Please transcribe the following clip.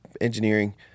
engineering